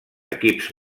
equips